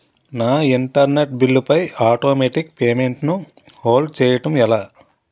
నా internet bill పై automatic payment ను హోల్డ్ చేయటం ఎలా?